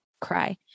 cry